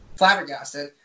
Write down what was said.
Flabbergasted